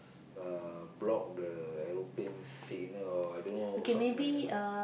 uh block the aeroplane signal or I don't know something like that ah